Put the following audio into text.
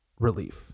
relief